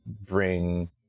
bring